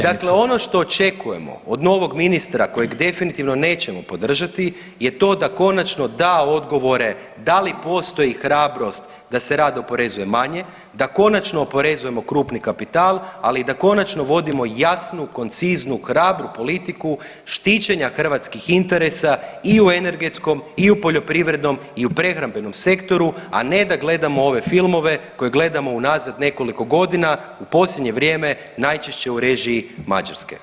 Dakle, ono što očekujemo od novog ministra kojeg definitivno nećemo podržati je to da konačno da odgovore da li postoji hrabrost da se rad oporezuje manje, da konačno oporezujemo krupni kapital, ali i da konačno vodimo jasnu, konciznu, hrabru politiku štićenja hrvatskih interesa i u energetskom i u poljoprivrednom i u prehrambenom sektoru, a ne da gledamo ove filmove koje gledamo unazad nekoliko godina u posljednje vrijeme najčešće u režiji Mađarske.